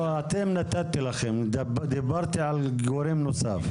לא, אני נתתי לכם, אני אשמח לגורם נוסף.